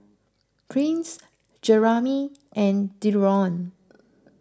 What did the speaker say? Prince Jeramy and Dereon